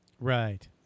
Right